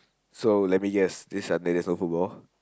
so let me guess this Sunday there's no football